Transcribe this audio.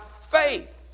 faith